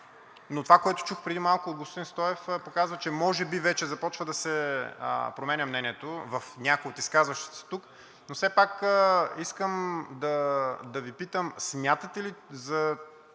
Но това, което чух преди малко от господин Стоев, показва, че може би вече започва да се променя мнението в някои от изказващите се тук. Но все пак искам да Ви питам: смятате ли за